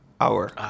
hour